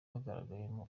hagaragayemo